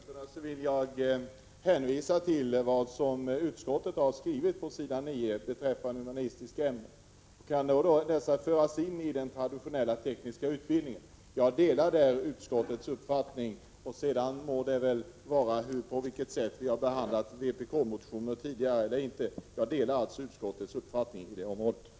Herr talman! Med anledning av vad Björn Samuelson sade vill jag hänvisa till vad utskottet på s. 9 i betänkandet har skrivit beträffande humanistiska ämnen. Jag delar utskottets uppfattning att humanistiska ämnen bör föras in i traditionell teknisk utbildning. Det må sedan förhålla sig hur det vill med tidigare behandling av vpk:s motioner.